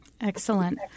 Excellent